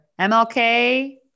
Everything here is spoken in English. MLK